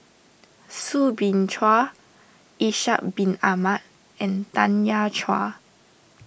Soo Bin Chua Ishak Bin Ahmad and Tanya Chua